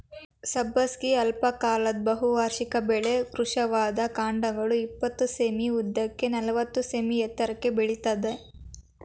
ಸಬ್ಬಸಿಗೆ ಅಲ್ಪಕಾಲದ ಬಹುವಾರ್ಷಿಕ ಬೆಳೆ ಕೃಶವಾದ ಕಾಂಡಗಳು ಇಪ್ಪತ್ತು ಸೆ.ಮೀ ಉದ್ದಕ್ಕೆ ನಲವತ್ತು ಸೆ.ಮೀ ಎತ್ತರಕ್ಕೆ ಬೆಳಿತದೆ